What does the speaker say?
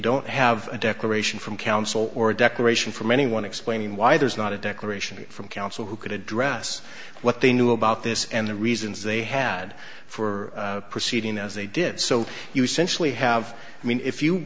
don't have a declaration from counsel or a declaration from anyone explaining why there's not a declaration from counsel who could address what they knew about this and the reasons they had for proceeding as they did so you centrally have i mean if you